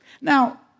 Now